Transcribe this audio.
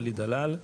אלי דלל,